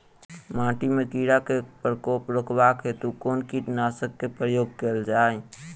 माटि मे कीड़ा केँ प्रकोप रुकबाक हेतु कुन कीटनासक केँ प्रयोग कैल जाय?